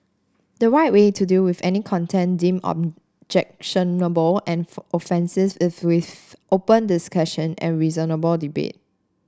the right way to deal with any content deemed objectionable and offensive is with open discussion and reasoned debate